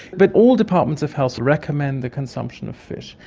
but all departments of health recommend the consumption of fish,